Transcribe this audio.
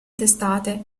testate